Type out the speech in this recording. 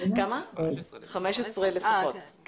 --- 15 לפחות.